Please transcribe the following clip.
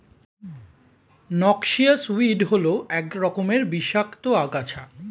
noxious weed হল এক রকমের বিষাক্ত আগাছা